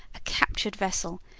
a captured vessel,